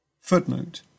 Footnote